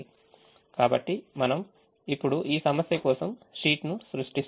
కాబట్టి మనం ఇప్పుడు ఈ సమస్య కోసం షీట్ను సృష్టిస్తాము